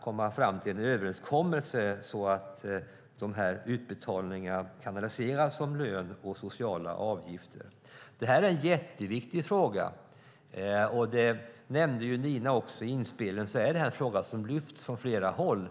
komma fram till en överenskommelse så att utbetalningarna kanaliseras som lön och sociala avgifter. Detta är en jätteviktig fråga. Nina nämnde också att det här är en fråga som lyfts fram från flera håll.